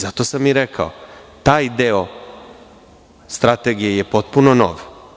Zato sam i rekao – taj deo Strategije je potpuno nov.